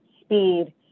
speed